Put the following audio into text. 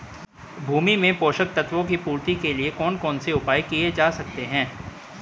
भूमि में पोषक तत्वों की पूर्ति के लिए कौन कौन से उपाय किए जा सकते हैं?